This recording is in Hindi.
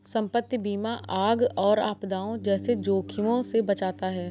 संपत्ति बीमा आग और आपदाओं जैसे जोखिमों से बचाता है